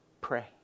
Pray